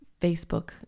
facebook